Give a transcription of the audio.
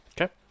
Okay